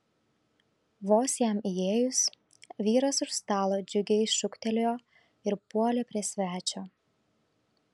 vos jam įėjus vyras už stalo džiugiai šūktelėjo ir puolė prie svečio